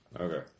Okay